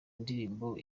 indirimbo